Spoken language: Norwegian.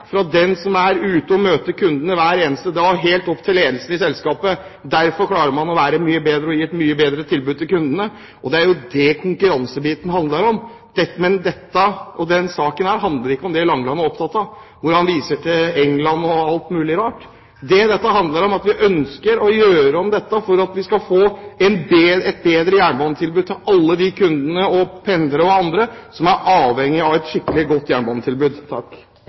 fra den som er ute og møter kundene hver eneste dag, og helt opp til ledelsen i selskapet. Derfor klarer man å være mye bedre og gi et mye bedre tilbud til kundene. Det er jo det konkurransebiten handler om. Denne saken handler ikke om det Langeland er opptatt av, hvor han viser til England og alt mulig rart. Det dette handler om, er at vi ønsker å gjøre om dette for at vi kan få et bedre jernbanetilbud til alle de kundene, pendlere og andre, som er avhengig av et skikkelig, godt jernbanetilbud.